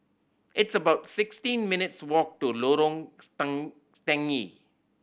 it's about sixteen minutes' walk to Lorong Stangee